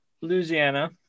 Louisiana